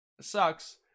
Sucks